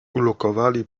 ulokowali